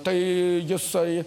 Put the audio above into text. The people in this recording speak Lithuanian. tai jisai